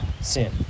sin